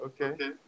Okay